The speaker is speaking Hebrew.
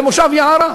למושב יערה,